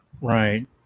Right